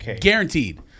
Guaranteed